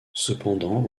cependant